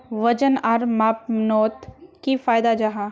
वजन आर मापनोत की फायदा जाहा?